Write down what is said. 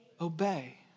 Obey